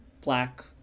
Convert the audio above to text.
black